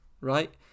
right